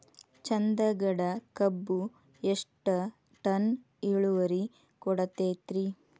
ಚಂದಗಡ ಕಬ್ಬು ಎಷ್ಟ ಟನ್ ಇಳುವರಿ ಕೊಡತೇತ್ರಿ?